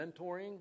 mentoring